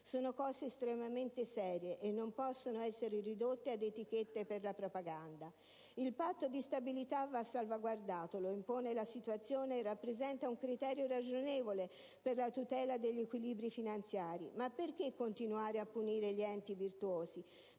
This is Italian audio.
sono cose estremamente serie e non possono essere ridotte ad etichette per la propaganda. Il Patto di stabilità va salvaguardato, lo impone la situazione e rappresenta un criterio ragionevole per la tutela degli equilibri finanziari. Ma perché continuare a punire gli enti virtuosi?